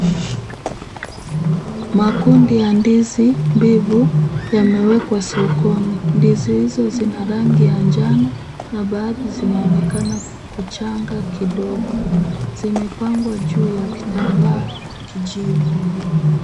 Makundi ya ndizi mbivu yamewekwa sokoni, ndizi hizo zina rangi ya njano na baadhi zinaonekana kuchanga kidogo . Zimepangwa juu ya kitambaa ya kijivu.